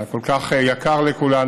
היה כל כך יקר לכולנו.